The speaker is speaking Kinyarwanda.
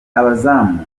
abazamu